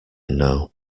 know